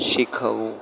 શીખવું